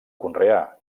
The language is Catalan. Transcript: conrear